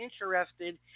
interested